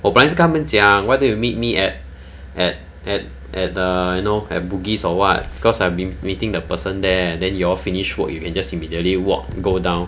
我本来是跟他们讲 why did you meet me at at at at the you know at bugis or what because I'll be meeting the person there then you all finished work you can just immediately walk go down